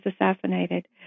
assassinated